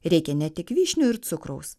reikia ne tik vyšnių ir cukraus